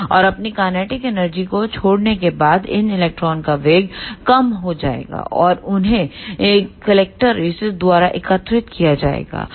और अपनी kinetic energy को छोड़ने के बाद इन इलेक्ट्रॉनों का वेग कम हो जाएगा और उन्हें कलेक्टर द्वारा एकत्र किया जाएगा